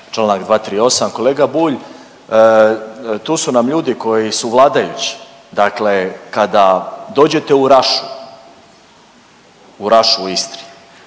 Članak 238., kolega Bulj tu su nam ljudi koji su vladajući. Dakle, kada dođete u Rašu, u Rašu u Istri